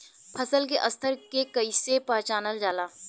फसल के स्तर के कइसी पहचानल जाला